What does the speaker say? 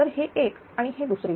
तर हे एक आणि हे दुसरे